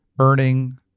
Earning